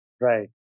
Right